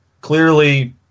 clearly